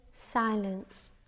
silence